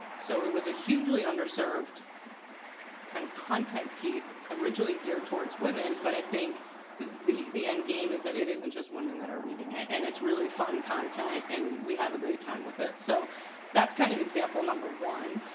so it was a hugely under served kind of content piece, originally geared towards women, but i think the the end game is that it isn't just women that are reading it. and it's really fun content, and we have a great time with it. so that's kind of example number one.